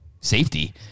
safety